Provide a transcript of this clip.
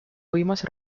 võimas